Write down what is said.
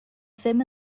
ddim